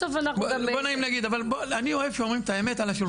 אבל אני אוהב שאומרים את האמת על השולחן.